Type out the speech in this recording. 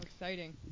exciting